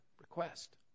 request